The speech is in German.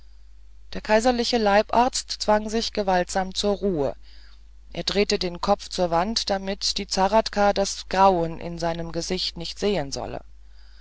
der kaiserliche leibarzt zwang sich gewaltsam zur ruhe er drehte den kopf zur wand damit die zahradka das grauen in seinem gesicht nicht sehen solle